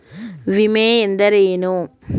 ವಿಮೆ ಎಂದರೇನು?